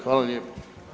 Hvala lijepo.